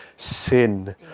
Sin